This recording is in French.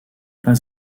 pas